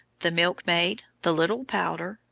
the milkmaid, the little pouter,